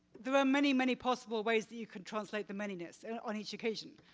there were many many possible ways that you can translate the many-ness and on each occasion,